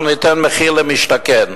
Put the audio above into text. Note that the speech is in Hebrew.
אנחנו ניתן מחיר למשתכן.